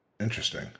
Interesting